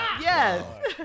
Yes